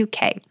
UK